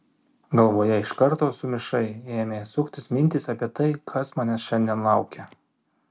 galvoje iš karto sumišai ėmė suktis mintys apie tai kas manęs šiandien laukia